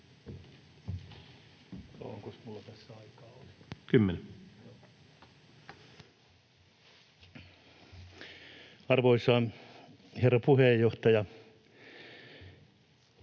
Arvoisa herra puheenjohtaja!